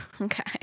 Okay